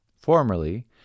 Formerly